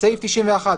(5)בסעיף 91,